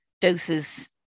doses